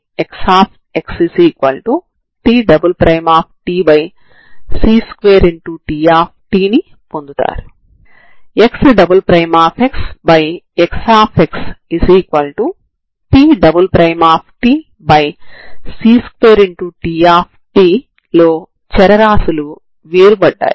వాస్తవానికి ఇది ప్రారంభ విలువ కలిగిన నాన్ హోమోజీనియస్ సమస్య ఇది రెండు సమస్యలుగా విభజించబడింది